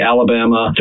Alabama